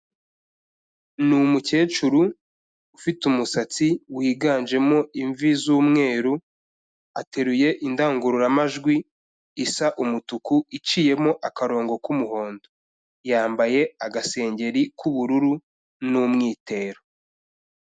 Ni umukecuru ufite umusatsi wiganjemo imvi z'umweru, ateruye indangururamajwi isa umutuku iciyemo akarongo k'umuhondo, yambaye agasengeri k'ubururu n'umwitero.